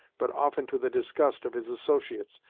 but often to the disgust of his associates,